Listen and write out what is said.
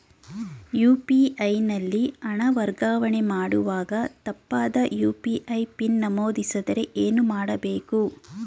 UPI ನಲ್ಲಿ ಹಣ ವರ್ಗಾವಣೆ ಮಾಡುವಾಗ ತಪ್ಪಾದ ಯು.ಪಿ.ಐ ಪಿನ್ ನಮೂದಿಸಿದರೆ ಏನು ಮಾಡಬೇಕು?